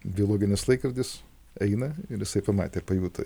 biologinis laikrodis eina ir jisai pamatė pajuto